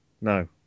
No